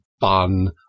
bun